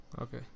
Okay